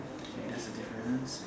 okay that's a difference